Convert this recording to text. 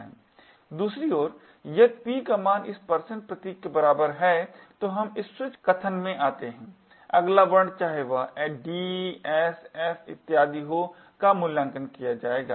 दूसरी ओर यदि p का मान इस प्रतीक के बराबर है तो हम इस स्विच कथन में आते हैं अगला वर्ण चाहे वह d s f इत्यादि हो का मूल्यांकन किया जाएगा